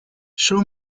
show